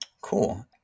Cool